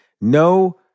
No